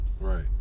Right